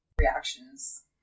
reactions